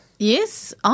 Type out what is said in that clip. Yes